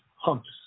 humps